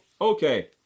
okay